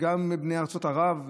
גם בני ארצות ערב,